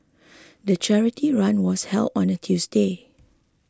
the charity run was held on a Tuesday